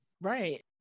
Right